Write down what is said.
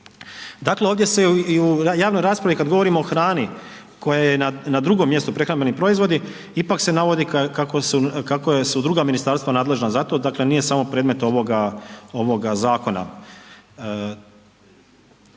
Dakle, ovdje se i u javnoj raspravi kad govorimo o hrani koja je na drugom mjestu prehrambeni proizvodi ipak se navodi kako su, kako su druga ministarstva nadležna za to, dakle nije samo predmet ovoga, ovoga